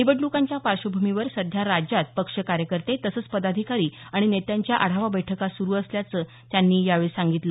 निवडणुकांच्या पार्श्वभूमीवर सध्या राज्यात पक्ष कार्यकर्ते तसंच पदाधिकारी आणि नेत्यांच्या आढावा बैठका सुरु असल्याचं त्यांनी यावेळी सांगितलं